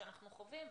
שאנחנו חווים,